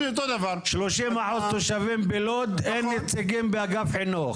30% תושבים בלוד, אין נציגים באגף חינוך.